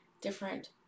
different